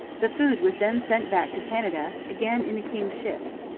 the food was then sent back to canada, again in the king's ships.